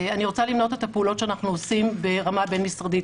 את הפעולות שאנחנו עושים ברמה בין-משרדית.